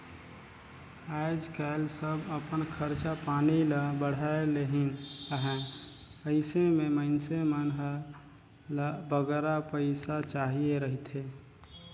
आएज काएल सब अपन खरचा पानी ल बढ़ाए लेहिन अहें अइसे में मइनसे मन ल बगरा पइसा चाहिए रहथे